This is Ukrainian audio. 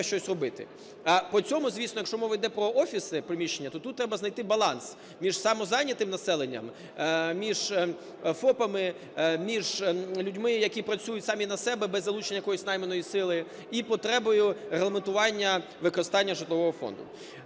щось робити. По цьому, звісно, якщо мова іде про офісні приміщення, то тут треба знайти баланс між самозайнятим населенням, між ФОПами, між людьми, які працюють самі на себе без залучення якоїсь найманої сили і потребою регламентування використання житлового фонду.